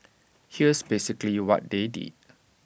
here's basically what they did